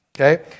Okay